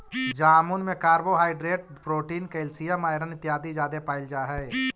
जामुन में carbohydrate protein calcium iron इत्यादि जादे पायल जा हई